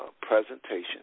presentation